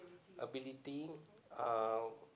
ability uh